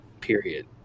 Period